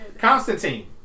Constantine